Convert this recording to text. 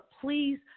Please